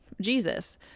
jesus